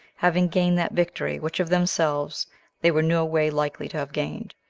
having gained that victory which of themselves they were no way likely to have gained,